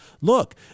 look